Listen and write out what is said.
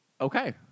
Okay